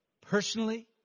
Personally